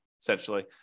essentially